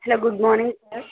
hello good morning sir